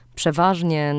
przeważnie